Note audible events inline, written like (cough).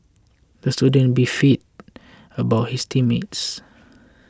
the student beefed (noise) about his team mates